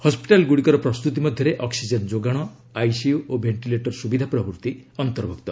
ହସ୍କିଟାଲ୍ଗୁଡ଼ିକର ପ୍ରସ୍ତୁତି ମଧ୍ୟରେ ଅକ୍ଟିଜେନ୍ ଯୋଗାଣ ଆଇସିୟୁ ଓ ଭେଣ୍ଟିଲେଟର ସୁବିଧା ପ୍ରଭୃତି ଅନ୍ତର୍ଭୁକ୍ତ